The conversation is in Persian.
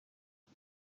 بود